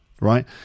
right